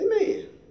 Amen